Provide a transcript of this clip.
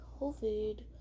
COVID